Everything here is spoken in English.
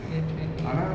at the kids